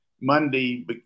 Monday